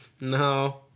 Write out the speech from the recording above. No